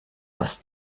aus